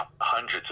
hundreds